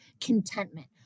contentment